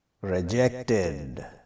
Rejected